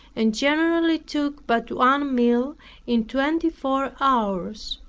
and generally took but one meal in twenty-four hours.